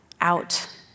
out